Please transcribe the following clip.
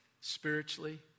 spiritually